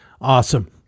Awesome